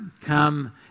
come